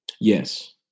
Yes